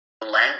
language